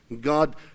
God